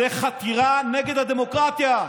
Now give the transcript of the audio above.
זו חתירה נגד הדמוקרטיה,